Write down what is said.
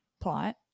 plot